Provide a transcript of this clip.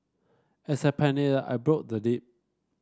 as I panicked I broke the lid